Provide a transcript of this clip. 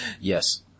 Yes